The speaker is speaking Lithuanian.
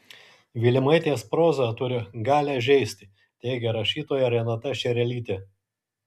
vilimaitės proza turi galią žeisti teigia rašytoja renata šerelytė